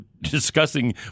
discussing